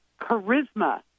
charisma